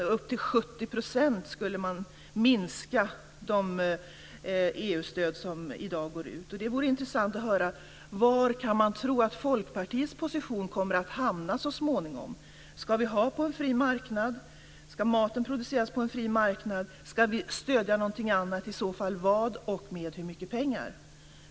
Med upp till 70 % skulle man minska de EU-stöd som i dag går ut. Det vore intressant att höra var man kan tro att Folkpartiets position kommer att hamna så småningom. Ska vi ha det här på en fri marknad? Ska maten produceras på en fri marknad? Ska vi stödja något annat och i så fall vad och med hur mycket pengar?